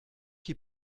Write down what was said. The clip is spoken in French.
qui